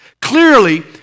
Clearly